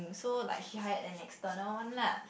so like she hired an external one lah